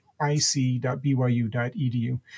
ic.byu.edu